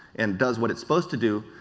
and does what it's supposed to do,